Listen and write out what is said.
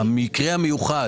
לגבי המקרה המיוחד.